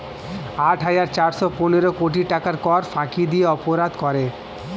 আট হাজার চারশ পনেরো কোটি টাকার কর ফাঁকি দিয়ে অপরাধ করে